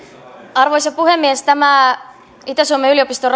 arvoisa puhemies tämä itä suomen yliopiston